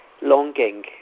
longing